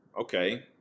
Okay